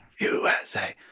USA